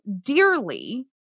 dearly